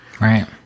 Right